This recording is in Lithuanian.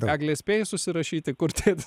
egle spėjai susirašyti kur tėtis